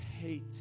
hate